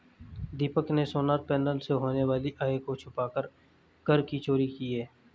दीपक ने solar panel से होने वाली आय को छुपाकर कर की चोरी की है